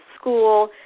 school